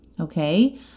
okay